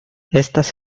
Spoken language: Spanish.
estas